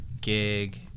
gig